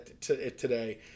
today